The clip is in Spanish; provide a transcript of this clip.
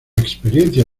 experiencia